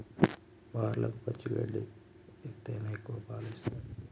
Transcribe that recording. బర్లకు పచ్చి గడ్డి ఎత్తేనే ఎక్కువ పాలు ఇత్తయ్